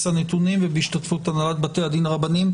הנתונים ובהשתתפות הנהלת בתי הדין הרבניים.